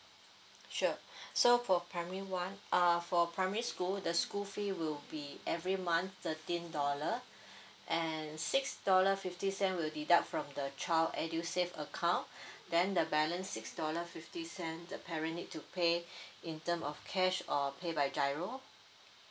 sure so for primary one err for primary school the school fee will be every month thirteen dollar and six dollar fifty cent will deduct from the child edusave account then the balance six dollar fifty cent the parent need to pay in terms of cash or pay by G_I_R_O